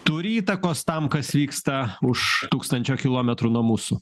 turi įtakos tam kas vyksta už tūkstančio kilometrų nuo mūsų